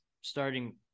starting